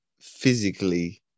physically